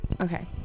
Okay